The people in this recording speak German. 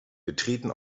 betreten